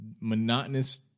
monotonous